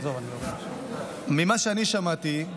ממה שאני שמעתי,